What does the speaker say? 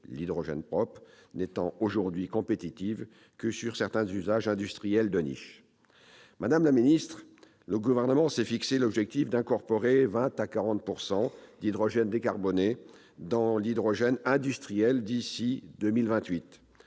l'hydrogène propre n'étant aujourd'hui compétitif que pour certains usages industriels de niche. Madame la secrétaire d'État, le Gouvernement s'est fixé comme objectif d'incorporer 20 % à 40 % d'hydrogène décarboné dans l'hydrogène industriel d'ici à 2028,